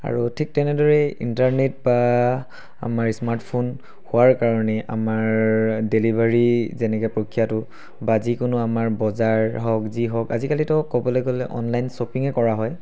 আৰু ঠিক তেনেদৰে ইণ্টাৰনেট বা আমাৰ স্মাৰ্টফোন হোৱাৰ কাৰণে আমাৰ ডেলিভাৰী যেনেকৈ প্ৰক্ৰিয়াটো বা যিকোনো আমাৰ বজাৰ হওক যি হওক আজিকালিতো ক'বলৈ গ'লে অনলাইন শ্বপিঙে কৰা হয়